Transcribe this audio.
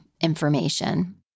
information